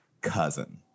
cousin